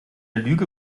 lüge